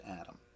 Adam